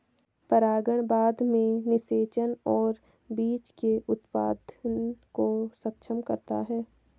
परागण बाद में निषेचन और बीज के उत्पादन को सक्षम करता है